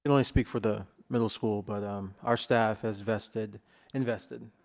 and i speak for the middle school but um our staff has vested invested